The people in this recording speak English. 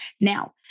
now